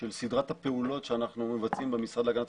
של סדרת הפעולות שאנחנו מבצעים במשרד להגנת